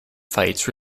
fights